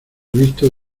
visto